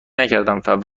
نکردم